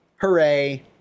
Hooray